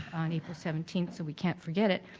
on april seventeenth so we can't forget it,